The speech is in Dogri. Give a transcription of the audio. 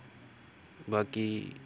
बाकी